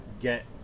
get